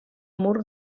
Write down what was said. mur